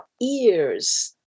ears